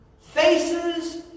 Faces